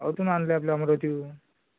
इथून आणली आपल्या अमरावतीहून